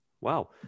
Wow